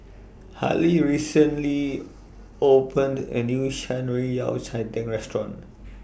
Harding recently opened A New Shan Rui Yao Cai Tang Restaurant